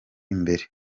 imbere